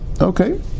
Okay